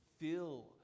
fill